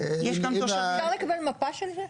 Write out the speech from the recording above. אפשר לקבל מפה של זה?